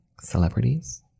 celebrities